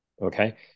Okay